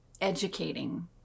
educating